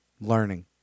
learning